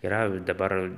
yra dabar